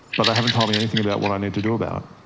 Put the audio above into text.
but they haven't told me anything about what i need to do about